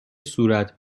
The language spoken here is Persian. صورت